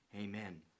Amen